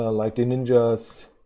ah like the ninjas